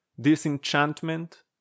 disenchantment